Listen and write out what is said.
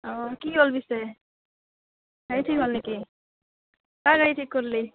অঁ কি হ'ল পিছে গাড়ী ঠিক হ'ল নেকি কাৰ গাড়ী ঠিক কৰিলি